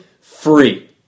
free